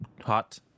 hot